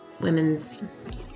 women's